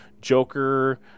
Joker